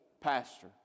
pastor